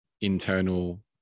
internal